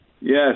yes